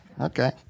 Okay